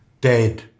dead